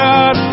God